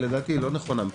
שלדעתי היא לא נכונה,